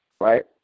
right